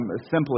simply